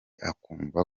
akumva